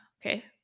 okay